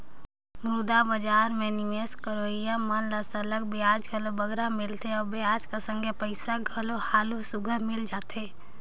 मुद्रा बजार में निवेस करोइया मन ल सरलग बियाज घलो बगरा मिलथे अउ बियाज कर संघे पइसा घलो हालु सुग्घर मिल जाथे